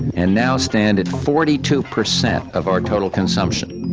and now stand at forty two percent of our total consumption.